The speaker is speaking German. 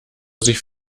sich